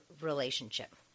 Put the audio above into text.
relationship